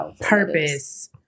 Purpose